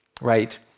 right